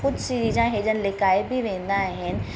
कुझु सीरिज़ा इहे जन लिकाए बि वेंदा आहिनि